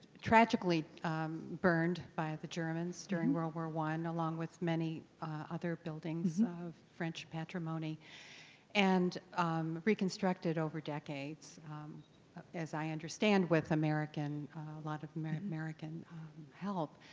tragically burned by the germans during world war i along with many other buildings of french patrimony and reconstructed over decades as i understand with american, a lot of american help.